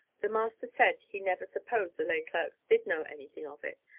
the master said he never supposed the lay-clerks did know anything of it,